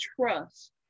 trust